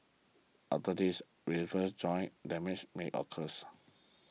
after this reverse joint damage may occurs